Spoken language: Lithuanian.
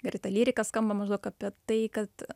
gerai ta lyrika skamba maždaug apie tai kad